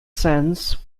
sense